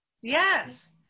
yes